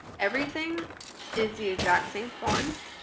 everything is the exact same font